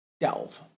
Delve